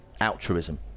altruism